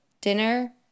dinner